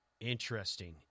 Interesting